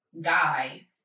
guy